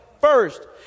first